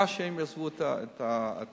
סיבה שהם יעזבו את המחלקות.